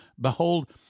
behold